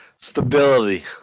stability